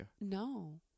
No